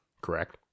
Correct